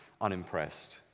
unimpressed